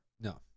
No